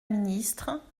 ministre